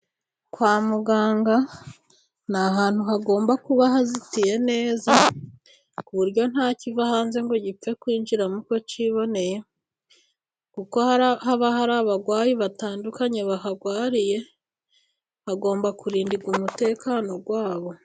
Kwa muganga ni ahantu hagomba kuba hazitiye neza, ku buryo nta kiva hanze ngo gipfe kwinjiramo uko kiboneye, kuko hari haba hari abarwayi batandukanye baharwahariye, bagomba kurindirwa umutekano wabo.